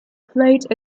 played